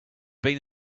bean